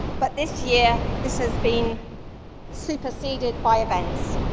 but this year, this has been superseded by events.